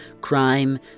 crime